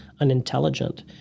unintelligent